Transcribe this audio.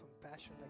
compassion